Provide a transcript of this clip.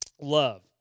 love